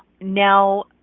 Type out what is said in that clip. Now